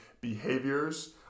behaviors